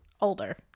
older